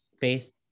based